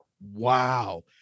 Wow